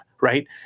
right